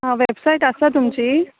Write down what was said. आं veg plate आसा तुमची